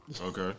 Okay